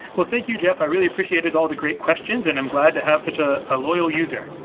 well thank you, jeff. i really appreciated all the great questions and i'm glad to have such a ah loyal user.